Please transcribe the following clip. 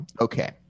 Okay